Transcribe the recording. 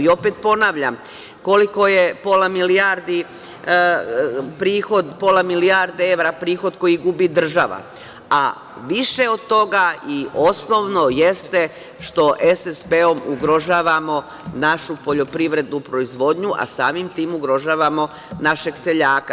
Opet ponavljam, koliko je prihod pola milijarde evra koji gubi država, a više od toga i osnovno jeste što SSP-om ugrožavamo našu poljoprivrednu proizvodnju, a samim tim ugrožavamo našeg seljaka.